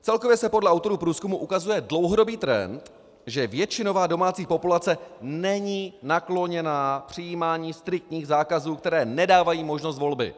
Celkově se podle autorů průzkumu ukazuje dlouhodobý trend, že většinová domácí populace není nakloněná přijímání striktních zákazů, které nedávají možnost volby.